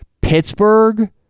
Pittsburgh